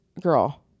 Girl